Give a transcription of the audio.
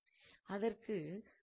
அதற்கு 𝑐1 𝑐2 என்று அர்த்தம்